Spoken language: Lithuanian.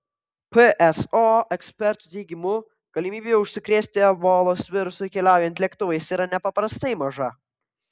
pso ekspertų teigimu galimybė užsikrėsti ebolos virusu keliaujant lėktuvais yra nepaprastai maža